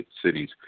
cities